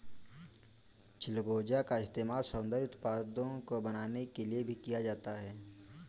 चिलगोजा का इस्तेमाल सौन्दर्य उत्पादों को बनाने के लिए भी किया जाता है